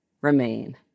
remain